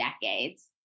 decades